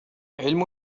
علم